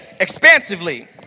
expansively